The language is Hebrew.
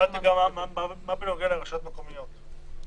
מה בנוגע לרשויות מקומיות?